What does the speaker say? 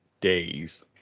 days